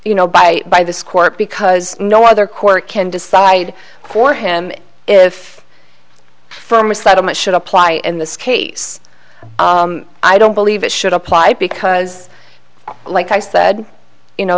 you know by by this court because no other court can decide for him if from a settlement should apply in this case i don't believe it should apply because like i said you know